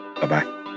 Bye-bye